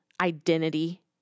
identity